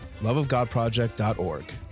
loveofgodproject.org